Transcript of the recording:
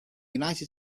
united